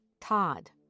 Todd